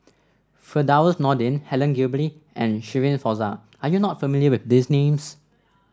Firdaus Nordin Helen Gilbey and Shirin Fozdar are you not familiar with these names